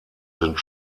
sind